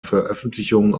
veröffentlichung